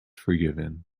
forgiven